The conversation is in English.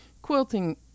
quilting